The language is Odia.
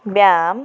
ବ୍ୟାୟାମ